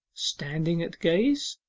standing at gaze.